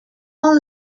all